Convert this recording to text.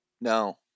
no